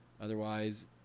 Otherwise